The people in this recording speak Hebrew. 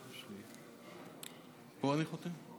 בשעה טובה.